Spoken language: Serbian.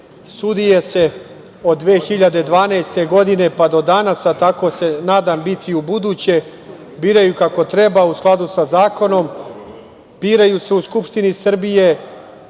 Sudije se od 2012. godine pa do danas, a tako će nadam se biti i ubuduće, biraju kako treba, u skladu sa zakonom, biraju se u Skupštini Srbije. Imamo